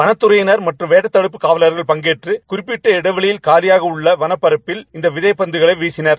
வனத்துறையினர் மற்றும் வேட்டை தடுப்பு காவலர்கள் பங்கேற்று குறிப்பிட்ட இடைவேளியில் காலியாக உள்ள வனப்பரப்பில் இந்த விதைப் பந்துகளை வீசினர்